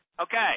Okay